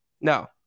no